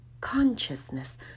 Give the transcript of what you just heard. consciousness